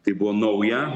tai buvo nauja